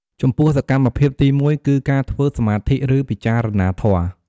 ចំពោះ សកម្មភាពទីមួយគឺការធ្វើសមាធិ ឬ ពិចារណាធម៌។